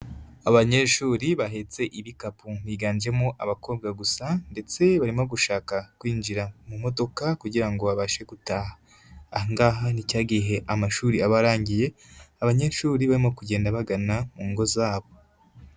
Abanyeshuri bahetse ibikapu, biganjemo abakobwa gusa ndetse barimo gushaka kwinjira mu modoka kugira ngo babashe gutaha, aha ngaha ni cya gihe amashuri aba arangiye, abanyeshuri barimo kugenda bagana mu ngo zabo.